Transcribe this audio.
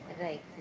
Right